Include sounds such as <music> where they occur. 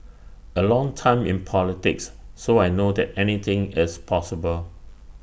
<noise> A long time in politics so I know that anything is possible